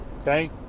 okay